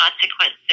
consequences